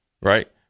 right